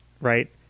right